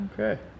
Okay